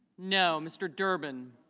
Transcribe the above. no. mr. durbin